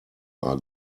are